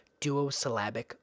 duosyllabic